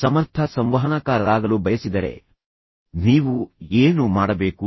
ಸಮರ್ಥ ಸಂವಹನಕಾರರಾಗಲು ಬಯಸಿದರೆ ನೀವು ಏನು ಮಾಡಬೇಕು